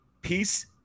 Peace